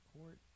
court